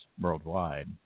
worldwide